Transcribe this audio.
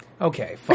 Okay